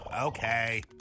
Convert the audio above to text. Okay